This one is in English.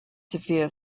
severe